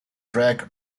track